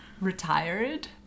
retired